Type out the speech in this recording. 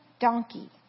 donkey